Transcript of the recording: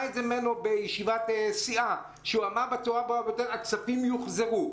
בישיבת סיעה שבה אמר בצורה הברורה ביותר שהכספים יוחזרו.